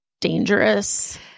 dangerous